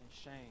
shame